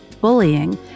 bullying